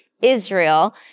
Israel